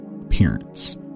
appearance